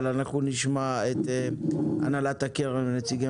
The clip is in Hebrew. אבל אנחנו נשמע את הנהלת הקרן ואת נציגי